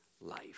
life